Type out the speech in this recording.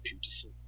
beautiful